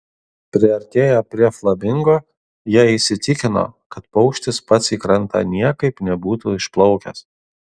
priartėję prie flamingo jie įsitikino kad paukštis pats į krantą niekaip nebūtų išplaukęs